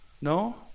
No